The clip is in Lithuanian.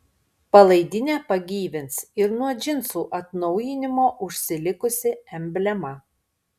palaidinę pagyvins ir nuo džinsų atnaujinimo užsilikusi emblema